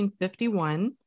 1951